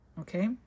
Okay